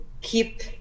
keep